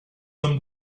homme